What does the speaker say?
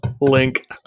Link